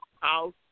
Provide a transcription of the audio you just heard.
house